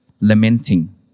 lamenting